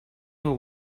will